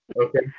Okay